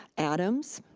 adams,